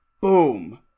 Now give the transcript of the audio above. boom